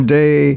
day